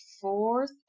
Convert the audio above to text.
fourth